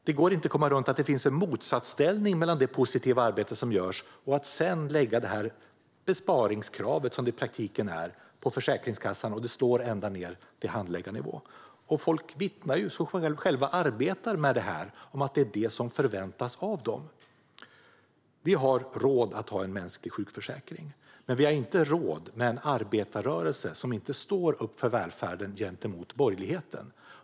Man kan inte komma runt att det finns ett motsatsförhållande mellan det positiva arbete som görs och det besparingskrav, som det i praktiken handlar om, som finns på Försäkringskassan och som finns ända ned på handläggarnivå. Folk som själva arbetar med detta vittnar om att det är det här som förväntas av dem. Vi har råd att ha en mänsklig sjukförsäkring. Men vi har inte råd med en arbetarrörelse som inte står upp för välfärden gentemot borgerligheten.